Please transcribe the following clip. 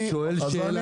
אני שואל שאלה לגיטימית.